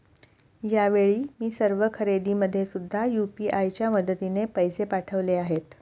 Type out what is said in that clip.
यावेळी मी सर्व खरेदीमध्ये सुद्धा यू.पी.आय च्या मदतीने पैसे पाठवले आहेत